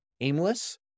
aimless